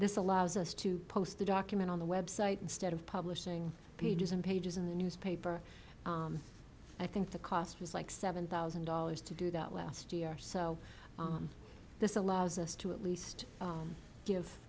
this allows us to post the document on the website instead of publishing pages and pages in the newspaper i think the cost was like seven thousand dollars to do that last year so this allows us to at least give